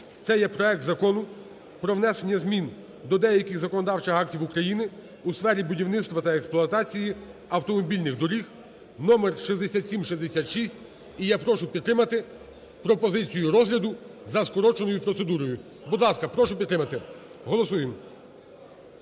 це є проект Закону про внесення змін до деяких законодавчих актів України у сфері будівництва та експлуатації автомобільних доріг (№6766). І я прошу підтримати пропозицію розгляду за скороченою процедурою. Будь ласка, прошу підтримати. Голосуємо.